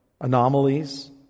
anomalies